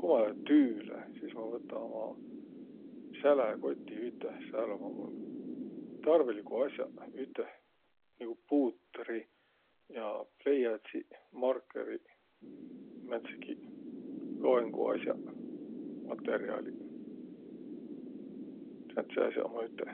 Ku ma lää tüüle, sis ma võta uma säläkoti üteh. Sääl ummaq mul tarviliguq as'aq üteh, nigu puutri, pleiädsiq, markõriq, määntsegiq loengu as'aq, matõrjaaliq. Sääntseq as'aq ummaq üteh.